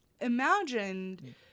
imagined